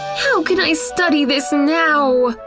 how can i study this now?